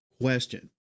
question